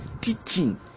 teaching